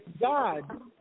God